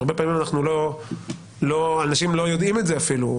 והרבה פעמים אנשים לא יודעים את זה אפילו,